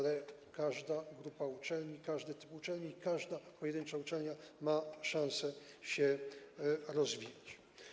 Jednak każda grupa uczelni, każdy typ uczelni i każda pojedyncza uczelnia ma szansę się rozwijać.